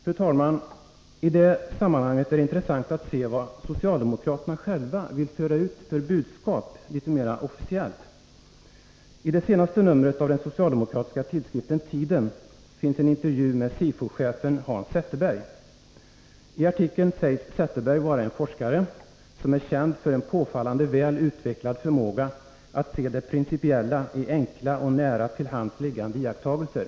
Fru talman! I det sammanhanget är det av intresse att se vad socialdemokraterna själva vill föra ut för budskap mera officiellt. I senaste numret av den socialdemokratiska tidskriften Tiden finns en intervju med SIFO-chefen Hans Zetterberg. I artikeln sägs Zetterberg vara en forskare, som är känd för en påfallande väl utvecklad förmåga att se det principiella i enkla och nära till hands liggande iakttagelser.